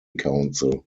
council